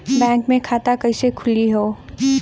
Bank मे खाता कईसे खुली हो?